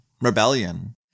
rebellion